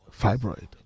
fibroid